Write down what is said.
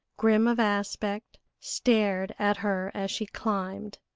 grim of aspect, stared at her as she climbed,